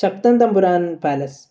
Sakthan Thampuran palace